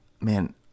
man